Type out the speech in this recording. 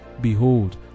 behold